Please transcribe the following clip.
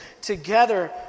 together